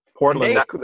Portland